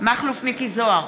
מכלוף מיקי זוהר,